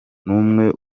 n’umwe